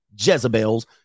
Jezebels